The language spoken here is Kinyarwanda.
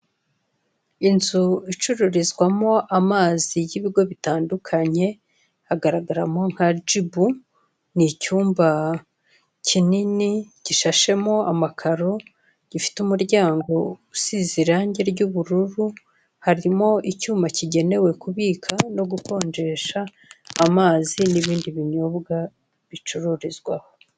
Inzu icururizwamo amazi y'ibigo bitandukanye, agaragaramo nka jibu. Ni icyumba kinini gishashemo amakaro, gifite umuryango usize irange ry'ubururu, harimo icyuma kigenewe kubika no gukonjesha amazi n'ibindi binyobwa bicururizwamo.